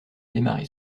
démarrer